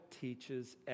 teaches